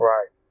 Right